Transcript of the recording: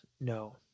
no